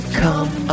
come